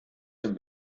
den